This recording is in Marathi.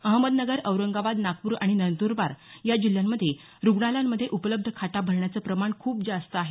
अहमदनगर औरंगाबाद नागपूर आणि नंदरबार या जिल्ह्यांमध्ये रुग्णालयांमध्ये उपलब्ध खाटा भरण्याचं प्रमाण खूप जास्त आहे